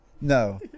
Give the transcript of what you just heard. no